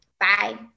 bye